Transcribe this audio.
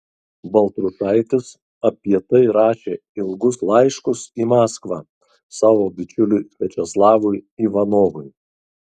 baltrušaitis apie tai rašė ilgus laiškus į maskvą savo bičiuliui viačeslavui ivanovui